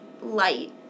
light